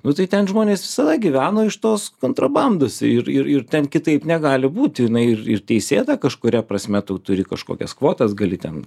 nu tai ten žmonės visada gyveno iš tos kontrabandos ir ir ir ten kitaip negali būti jinai ir ir teisėta kažkuria prasme tu turi kažkokias kvotas gali ten